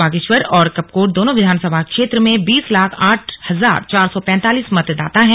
बागेश्वर और कपकोट दोनों विधानसभा क्षेत्र में बीस लाख आठ हजार चार सौ पैंतालिस मतदाता हैं